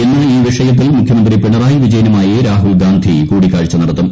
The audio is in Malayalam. ഇന്ന് ഈ വിഷയത്തിൽ മുഖ്യമന്ത്രി പിണറായി വിജയനുമായി രാഹുൽഗാഡി കൂടിക്കാഴ്ച നടത്തും